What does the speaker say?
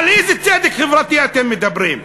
על איזה צדק חברתי אתם מדברים?